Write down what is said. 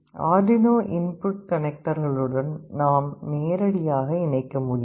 Arduino input கனெக்டர்களுடன் நாம் நேரடியாக இணைக்க முடியும்